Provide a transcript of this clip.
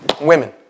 Women